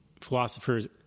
philosophers